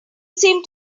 seem